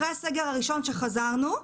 אחרי הסגר הראשון שחזרנו,